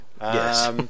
Yes